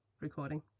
recording